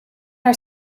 our